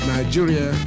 Nigeria